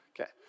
okay